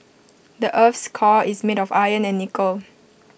the Earth's core is made of iron and nickel